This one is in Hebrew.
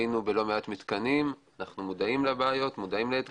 היינו בלא מעט מתקנים ואנחנו מודעים לבעיות ולאתגרים.